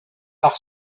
par